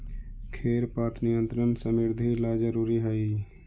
खेर पात नियंत्रण समृद्धि ला जरूरी हई